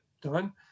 done